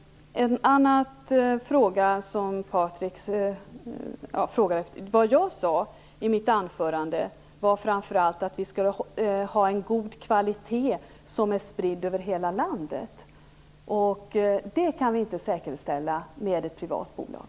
I mitt anförande sade jag att vi framför allt måste ha en god kvalitet som är spridd över hela landet, och det kan vi inte säkerställa med ett privat bolag.